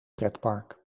pretpark